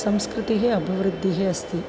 संस्कृतिः अभिवृद्धिः अस्ति